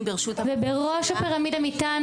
--- (אומרת דברים בשפת הסימנים,